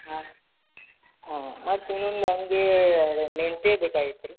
ಹಾಂ ಹ್ಞೂ ಮತ್ತು ಇನ್ನೊಂದು ಹಾಗೆ ಮೆಂತ್ಯ ಬೇಕಾಗಿತ್ತು ರೀ